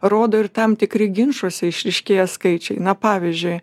rodo ir tam tikri ginčuose išryškėję skaičiai na pavyzdžiui